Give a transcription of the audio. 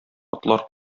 атлар